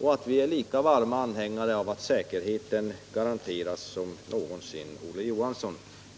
och att vi är lika varma anhängare av att säkerheten garanteras som någonsin Olof Johansson.